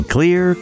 Clear